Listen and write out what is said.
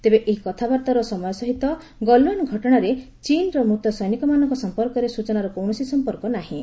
ତେବେ ଏହି କଥାବାର୍ତ୍ତାର ସମୟ ସହିତ ଗଲୱାନ୍ ଘଟଣାରେ ଚୀନ୍ର ମୃତ ସୈନିକମାନଙ୍କ ସମ୍ପର୍କରେ ସୂଚନାର କୌଣସି ସମ୍ପର୍କ ନାହିଁ